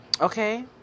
Okay